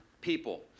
people